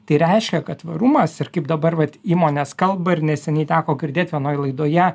tai reiškia kad tvarumas ir kaip dabar vat įmonės kalba ir neseniai teko girdėt vienoj laidoje